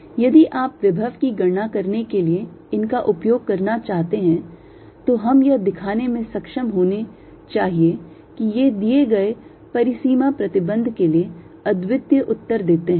यदि आप विभव की गणना करने के लिए इनका उपयोग करना चाहते हैं तो हम यह दिखाने में सक्षम होने चाहिए कि ये दिए गए परिसीमा प्रतिबंध के लिए अद्वितीय उत्तर देते हैं